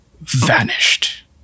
vanished